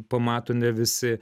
pamato ne visi